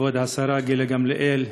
כבוד השרה גילה גמליאל,